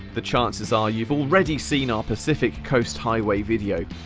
the chances are you've already seen our pacific coast highway video,